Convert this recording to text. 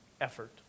effort